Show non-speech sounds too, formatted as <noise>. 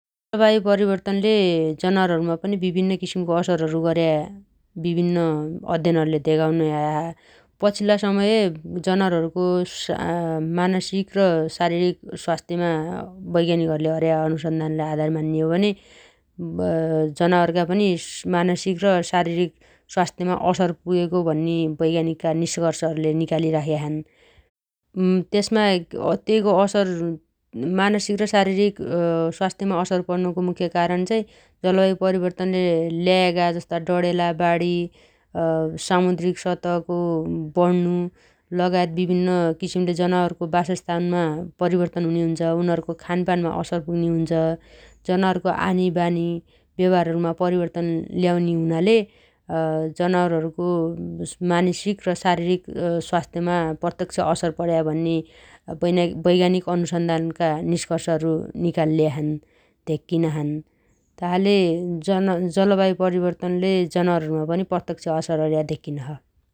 जलवायु परिवर्तनले जनावरहरुमा पनि विभिन्न किसिमको असरहरु गर्या विभिन्न अध्ययनहरुले धेगाउनै आया छ । पछिल्ला समय जनावरहरुको शा_मानसिक र शारिरिक स्वास्थ्यमा वैज्ञानिकहरूले अर्रया अनुसन्धानलाइ आधार मान्ने हो भने <hesitation> जनावरगा पनि मानसिक र शारिरिक स्वास्थ्यमा असर पुगेको भन्ने वैज्ञानिकका निश्कर्षहरुले निकालिराख्या छन् । <hesitation> त्यसमा_तैगो असर <hesitation> मानशिक र शारिरिक <hesitation> स्वास्थ्यमा असर पर्नुगो मुख्य कारण चाहि जलवायु परिवर्तनले ल्यायागा जस्ता डढेला, बाणी, <hesitation> सामुद्रीक सतहको बण्नु लगायत विभिन्न किसिमले जनावरगो वासस्थानमा परिवर्तन हुने हुनोछ । उनीहरूगो खानपानमा असर पुग्ने हुन्छ । जनावरगो आनीबानी, व्यवहारहरुमा परिवर्तन ल्याउने हुनाले <hesitation> जनावरहरूगो मानसिक र शारिरिक स्वास्थ्यमा पर्तक्ष्य असर पण्या भन्रे वैना-वैज्ञानिक अनुसन्धानगा निश्कर्षहरु निकाल्या छन् धेक्किना छन् । तासाले <hesitation> जन-जलवायु परिवर्तनले जनावरहरूमा पनि पर्तक्ष्य असर पण्या धेक्कीन छ ।